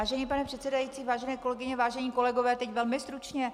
Vážený pane předsedající, vážené kolegyně, vážení kolegové, teď velmi stručně.